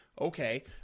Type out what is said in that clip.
Okay